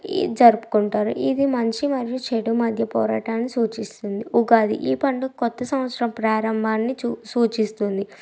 ఈ జరుపుకుంటారు ఇది మంచి మరియు చెడు మధ్య పోరాటాన్ని సూచిస్తుంది ఉగాది ఈ పండుగ కొత్త సంవత్సర ప్రారంభాన్ని చు సూచిస్తుంది